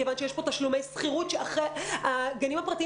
מכיוון שיש פה תשלומי שכירות שהגנים הפרטיים